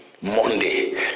Monday